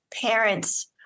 parents